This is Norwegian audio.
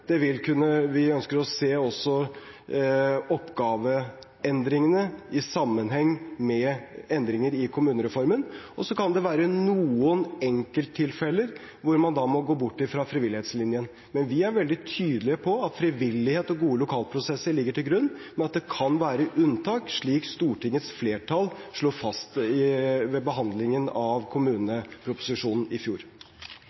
det vil være kommuner som ønsker å flytte kommunegrense, og vi ønsker også å se oppgaveendringene i sammenheng med endringer i kommunereformen – og så kan det være noen enkelttilfeller hvor man må gå bort fra frivillighetslinjen. Men vi er veldig tydelige på at frivillighet og gode lokalprosesser ligger til grunn, men at det kan være unntak, slik Stortingets flertall slo fast ved behandlingen av kommuneproposisjonen i fjor.